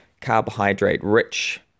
carbohydrate-rich